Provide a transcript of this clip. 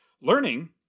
learning